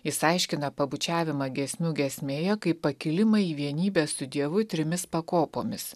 jis aiškina pabučiavimą giesmių giesmėje kaip pakilimą į vienybę su dievu trimis pakopomis